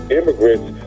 immigrants